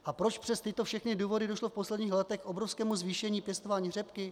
A proč přes všechny tyto důvody došlo v posledních letech k obrovskému zvýšení pěstování řepky?